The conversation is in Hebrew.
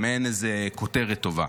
זה מעין איזו כותרת טובה.